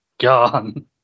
Gone